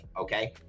okay